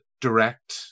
direct